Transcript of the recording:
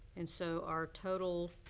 and so, our total